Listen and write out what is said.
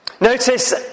Notice